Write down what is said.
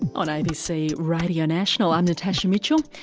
on abc radio national, i'm natasha mitchell,